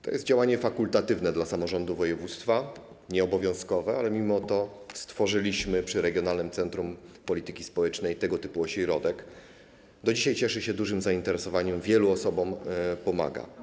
To jest działanie fakultatywne dla samorządu województwa, nieobowiązkowe, ale mimo to stworzyliśmy przy Regionalnym Centrum Polityki Społecznej tego typu ośrodek, który do dzisiaj cieszy się dużym zainteresowaniem, wielu osobom pomaga.